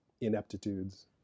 ineptitudes